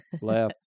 left